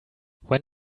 when